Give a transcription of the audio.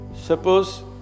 Suppose